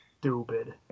stupid